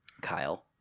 Kyle